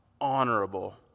honorable